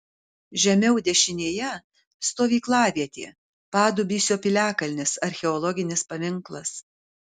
žemiau dešinėje stovyklavietė padubysio piliakalnis archeologinis paminklas